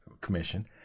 commission